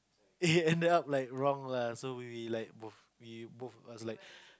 it ended up like wrong lah so we both like we both I was like